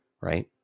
right